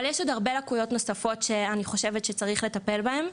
יש עוד הרבה לקויות נוספות שאני חושבת שצריך לטפל בהן,